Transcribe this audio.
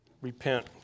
Repent